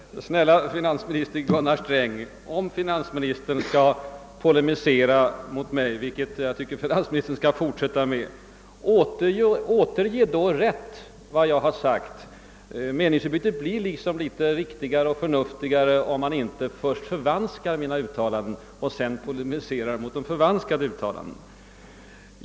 Herr talman! Snälla finansminister Gunnar Sträng, om finansministern skall polemisera mot mig, vilket jag tycker att finansministern skall göra, återge då vad jag sagt på ett riktigt sätt! Meningsutbytet blir mer förståeligt om mina uttalanden inte förvanskas, innan de blir utsatta för polemik.